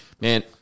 man